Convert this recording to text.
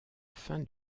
fin